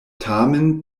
tamen